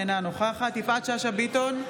אינה נוכחת יפעת שאשא ביטון,